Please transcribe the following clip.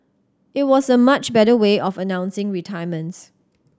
it was a much better way of announcing retirements